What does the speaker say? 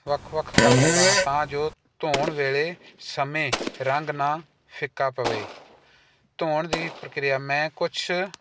ਵੱਖ ਵੱਖ ਕਰ ਲੈਂਦਾ ਹਾਂ ਤਾਂ ਜੋ ਧੋਣ ਵੇਲੇ ਸਮੇਂ ਰੰਗ ਨਾ ਫਿੱਕਾ ਪਵੇ ਧੋਣ ਦੀ ਪ੍ਰਕਿਰਿਆ ਮੈਂ ਕੁਛ